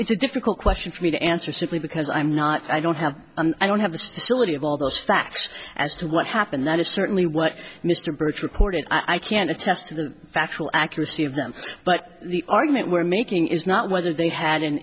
it's a difficult question for me to answer simply because i'm not i don't have i don't have the spilling of all those facts as to what happened that is certainly what mr burch reported i can't attest to the factual accuracy of them but the argument we're making is not whether they had an